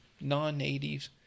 non-natives